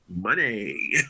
Money